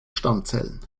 stammzellen